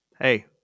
Hey